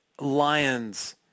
lions